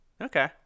Okay